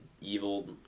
evil